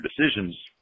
decisions